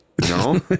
no